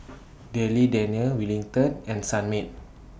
Darlie Daniel Wellington and Sunmaid